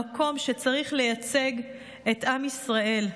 המקום שצריך לייצג את עם ישראל,